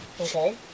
Okay